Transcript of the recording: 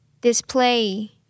display